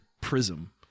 prism